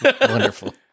Wonderful